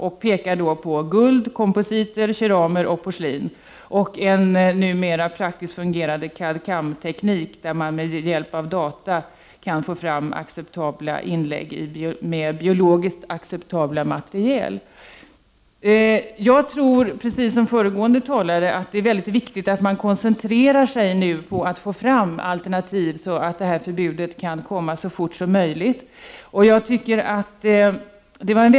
Man pekar på guld, kompositer, keramer och porslin samt en numera praktiskt fungerande cad-cam-teknik som innebär att man med datorers hjälp kan få fram inlägg av biologiskt acceptabla material. Jag anser, precis som föregående talare, att det är mycket viktigt att man nu koncentrerar sig på att få fram alternativ så att ett förbud kan komma så fort som möjligt.